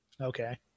Okay